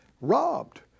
Robbed